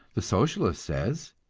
the socialist says,